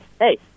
hey